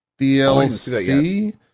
DLC